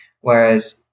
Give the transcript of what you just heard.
whereas